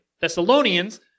Thessalonians